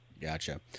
Gotcha